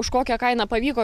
už kokią kainą pavyko